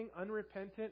unrepentant